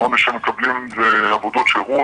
העונש שמקבלים זה עבודות שירות,